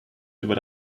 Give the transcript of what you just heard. über